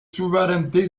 souveraineté